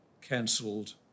cancelled